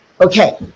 okay